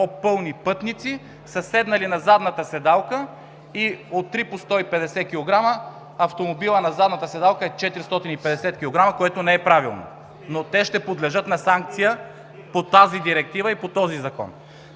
по-пълни пътници са седнали на задната седалка и от три по 150 кг – автомобилът на задната седалка е 450 кг, което не е правилно, но те ще подлежат на санкция по тази Директива и по този Закон.